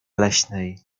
leśnej